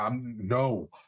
no